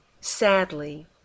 Sadly